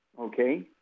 okay